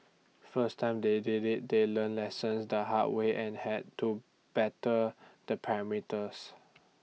first time they did IT they learnt lessons the hard way and had to better the parameters